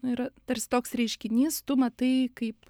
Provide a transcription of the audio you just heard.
nu yra tarsi toks reiškinys tu matai kaip